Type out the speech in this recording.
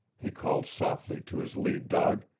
he called softly to his lead-dog.